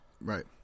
Right